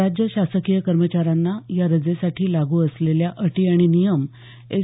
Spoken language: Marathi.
राज्य शासकीय कर्मचाऱ्यांना या रजेसाठी लागू असलेल्या अटी आणि नियम एस